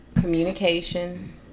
communication